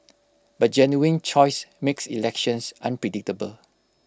but genuine choice makes elections unpredictable